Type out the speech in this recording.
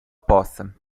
poça